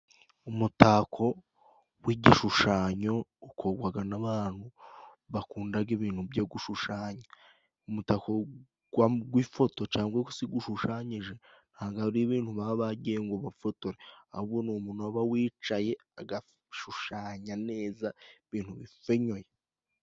Umutako w'igishushanyo ukundwaga n'abantu, bakundaga ibintu byo gushushanya. Umutakako gwifoto cangwa se gushushanyije, ntago ari ibintu baba bagiye ngo bafotore. Ahubwo ni umuntu uba wicaye, agashushanya neza ibintu bifinyoye.